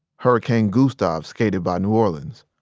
hurricane gustav skated by new orleans.